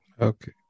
Okay